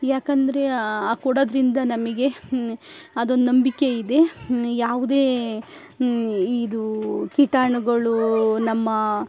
ಯಾಕೆಂದ್ರೆ ಆ ಕೊಡೋದ್ರಿಂದ ನಮಗೆ ಅದೊಂದು ನಂಬಿಕೆಯಿದೆ ಯಾವುದೇ ಈ ಇದು ಕೀಟಾಣುಗಳು ನಮ್ಮ